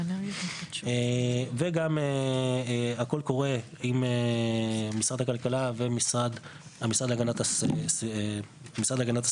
וגם הכול קורה עם משרד הכלכלה והמשרד להגנת הסביבה,